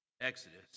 exodus